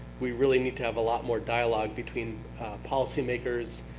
we really need to have a lot more dialogue between policymakers,